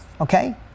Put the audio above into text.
okay